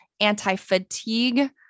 anti-fatigue